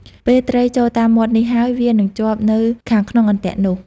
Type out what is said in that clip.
ពេលត្រីចូលតាមមាត់នេះហើយ វានឹងជាប់នៅខាងក្នុងអន្ទាក់នោះ។